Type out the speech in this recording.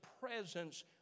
presence